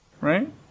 Right